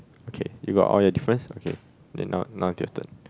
okay you got all your difference okay then now now is your turn